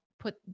put